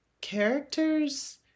characters